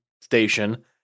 station